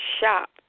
shop